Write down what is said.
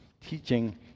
teaching